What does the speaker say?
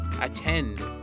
attend